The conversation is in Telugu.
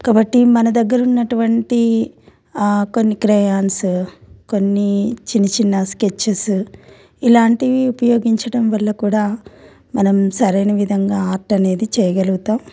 కాబట్టి మన దగ్గర ఉన్నటువంటి కొన్ని క్రయాన్స్ కొన్ని చిన్న చిన్న స్కెచ్చెస్ ఇలాంటివి ఉపయోగించడం వల్ల కూడా మనం సరైన విధంగా ఆర్ట్ అనేది చేయగలుగుతాము